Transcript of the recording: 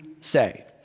say